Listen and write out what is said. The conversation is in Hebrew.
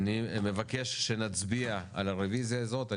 אני מבקש שנצביע על הרביזיה הזאת.